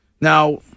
Now